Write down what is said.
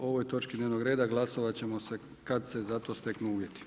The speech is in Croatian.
O ovoj točci dnevnog reda, glasovati ćemo kad se za to steknu uvjeti.